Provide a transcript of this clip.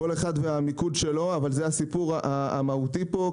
כל אחד והמיקוד שלו, אבל זה הסיפור המהותי שלו.